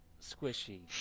squishy